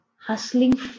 hustling